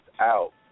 out